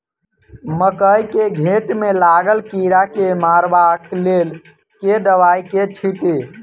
मकई केँ घेँट मे लागल कीड़ा केँ मारबाक लेल केँ दवाई केँ छीटि?